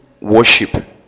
worship